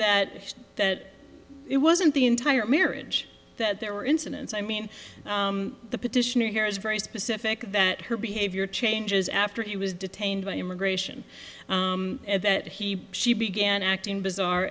that that it wasn't the entire marriage that there were incidents i mean the petitioner here is very specific that her behavior changes after he was detained by immigration that he she began acting bizarre